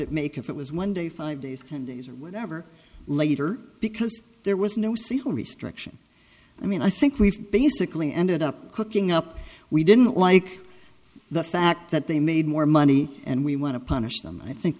it make if it was one day five days ten days or whatever later because there was no see her restriction i mean i think we've basically ended up cooking up we didn't like the fact that they made more money and we want to punish them and i think